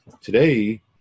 Today